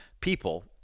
people